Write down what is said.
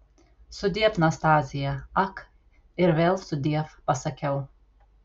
sudiev nastazija ak ir vėl sudiev pasakiau